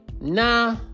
nah